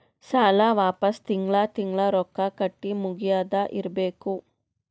ಸಾಲ ವಾಪಸ್ ತಿಂಗಳಾ ತಿಂಗಳಾ ರೊಕ್ಕಾ ಕಟ್ಟಿ ಮುಗಿಯದ ಇರ್ಬೇಕು